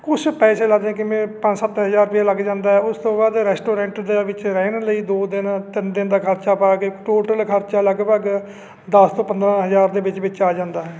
ਕੁਛ ਪੈਸੇ ਲੱਗਦੇ ਕਿਵੇਂ ਪੰਜ ਸੱਤ ਹਜ਼ਾਰ ਰੁਪਇਆ ਲੱਗ ਜਾਂਦਾ ਉਸ ਤੋਂ ਬਾਅਦ ਰੈਸਟੋਰੈਂਟ ਦੇ ਵਿੱਚ ਰਹਿਣ ਲਈ ਦੋ ਦਿਨ ਤਿੰਨ ਦਿਨ ਦਾ ਖਰਚਾ ਪਾ ਕੇ ਟੋਟਲ ਖਰਚਾ ਲਗਭਗ ਦਸ ਤੋਂ ਪੰਦਰ੍ਹਾਂ ਹਜ਼ਾਰ ਦੇ ਵਿੱਚ ਵਿੱਚ ਆ ਜਾਂਦਾ